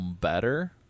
better